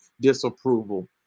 disapproval